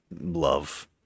love